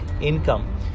income